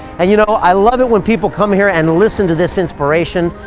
and you know, i love it when people come here and listen to this inspiration,